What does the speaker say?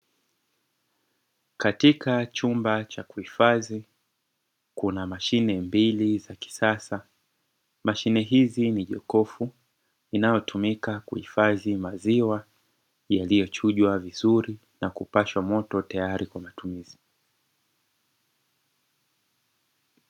Katika chumba cha kuhifadhi kuna mashine mbili za kisasa, mashine hizi ni jokofu inayotumika kuhifadhi maziwa yaliyochujwa vizuri na kupashwa moto tayari kwa matumizi.